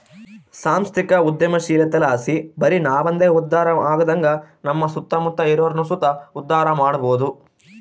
ಸಾಂಸ್ಥಿಕ ಉದ್ಯಮಶೀಲತೆಲಾಸಿ ಬರಿ ನಾವಂದೆ ಉದ್ಧಾರ ಆಗದಂಗ ನಮ್ಮ ಸುತ್ತಮುತ್ತ ಇರೋರ್ನು ಸುತ ಉದ್ಧಾರ ಮಾಡಬೋದು